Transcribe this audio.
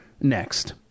next